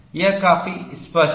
यह काफी स्पष्ट है